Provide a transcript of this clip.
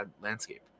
landscape